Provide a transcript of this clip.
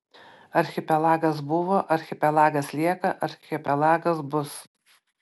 archipelagas buvo archipelagas lieka archipelagas bus